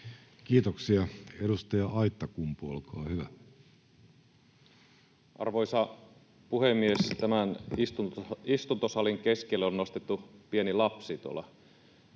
Kiitoksia. — Edustaja Aittakumpu, olkaa hyvä. Arvoisa puhemies! Tämän istuntosalin keskelle on nostettu pieni lapsi tuolla